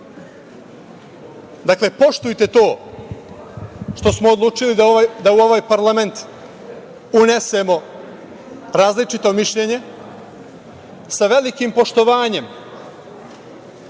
poštujte to što smo odlučili da u ovaj parlament unesemo različito mišljenje, sa velikim poštovanjem